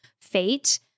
fate